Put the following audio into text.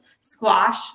squash